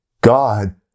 God